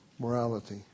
Morality